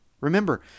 Remember